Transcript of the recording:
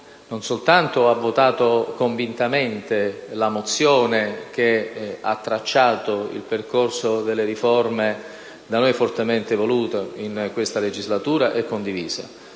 mio Gruppo ha votato convintamente la mozione che ha tracciato il percorso delle riforme, da noi fortemente volute in questa legislatura e condivise.